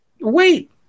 Wait